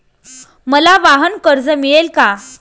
मला वाहनकर्ज मिळेल का?